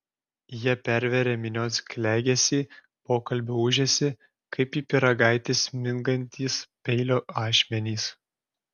jie perveria minios klegesį pokalbių ūžesį kaip į pyragaitį smingantys peilio ašmenys